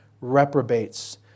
reprobates